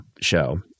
show